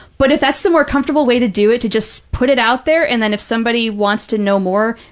but if that's the more comfortable way to do it, to just put it out there, and then if somebody wants to know more,